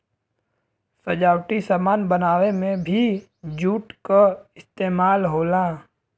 सजावटी सामान बनावे में भी जूट क इस्तेमाल होला